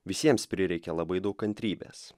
visiems prireikė labai daug kantrybės